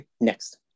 next